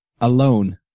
alone